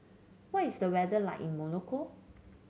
what is the weather like in Monaco